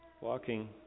Walking